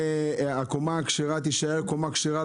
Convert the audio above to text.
הקומה הכשרה תישאר קומה כשרה,